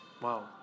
Wow